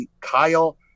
Kyle